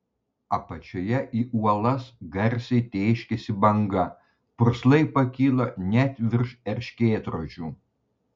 apačioje į uolas garsiai tėškėsi banga purslai pakilo net virš erškėtrožių